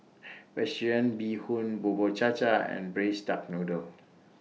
Vegetarian Bee Hoon Bubur Cha Cha and Braised Duck Noodle